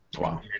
Wow